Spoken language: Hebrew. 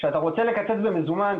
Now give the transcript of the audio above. כשאתה רוצה לקצץ במזומן,